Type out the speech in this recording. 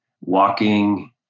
walking